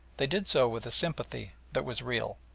they did so with a sympathy that was real.